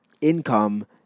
income